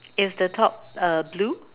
is the top uh blue